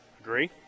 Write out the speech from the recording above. Agree